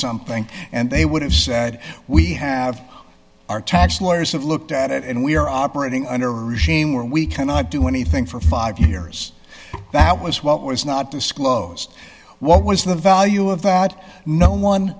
something and they would have said we have our tax lawyers have looked at it and we're operating under a regime where we cannot do anything for five years that was what was not disclosed what was the value of that no one